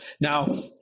Now